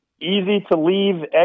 easy-to-leave